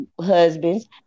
husbands